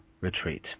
retreat